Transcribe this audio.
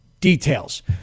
details